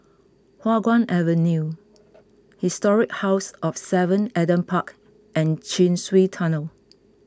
Hua Guan Avenue Historic House of Seven Adam Park and Chin Swee Tunnel